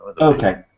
Okay